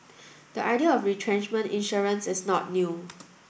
the idea of retrenchment insurance is not new